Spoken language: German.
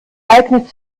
eignet